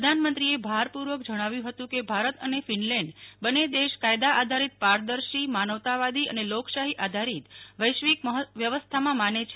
પ્રધાનમંત્રીએ ભારપૂર્વક જણાવ્યું હતું કે ભારત અને ફીનલેન્ડ બંને દેશ કાયદા આધારિત પારદર્શી માનવતાવાદી અને લોકશાહી આધારિત વૈશ્વિક વ્યવસ્થામાં માને છે